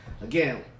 again